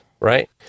right